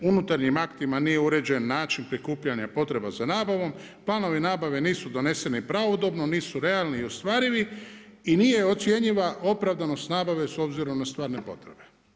Unutarnjim aktima nije uređen način prikupljanja i potreba za nabavom, planovi nabave nisu doneseni pravodobno, nisu realni i ostvarivi i nije ocjenjiva opravdanost nabave s obzirom na stvarne potrebe.